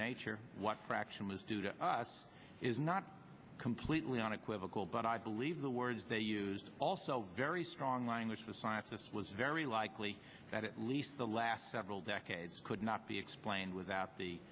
nature what fraction was due to us is not completely unequivocal but i believe the words they used also very strong language for science this was very likely that at least the last several decades could not be explained without the